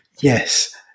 Yes